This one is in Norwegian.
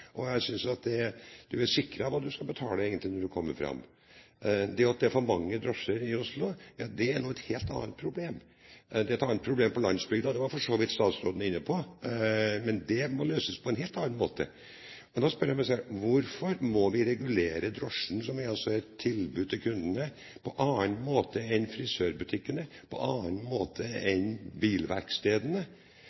og jeg synes du er sikret hva du skal betale når du kommer fram. Det at det er for mange drosjer i Oslo, er jo et helt annet problem. Det er et annet problem på landsbygda – det var for så vidt statsråden inne på – men det må løses på en helt annen måte. Men da spør jeg meg selv: Hvorfor må vi regulere drosjene, som er et tilbud til kundene, på annen måte enn frisørbutikkene, på annen måte